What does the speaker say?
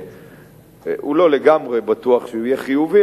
לא לגמרי בטוח שהוא יהיה חיובי.